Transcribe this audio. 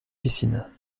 piscine